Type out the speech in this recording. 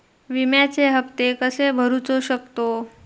विम्याचे हप्ते कसे भरूचो शकतो?